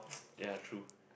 ya true